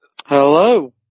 Hello